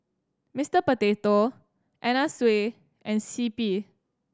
Mister Potato Anna Sui and C P